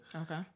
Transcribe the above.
okay